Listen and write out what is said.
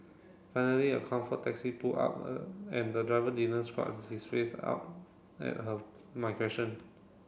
finally a Comfort taxi pulled up a and the driver didn't scrunch his face up at her my question